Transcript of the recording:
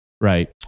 right